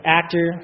actor